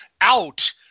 out